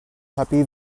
happy